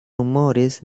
rumores